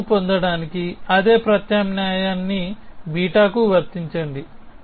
β పొందడానికి అదే ప్రత్యామ్నాయాన్ని β కు వర్తించండి